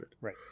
Right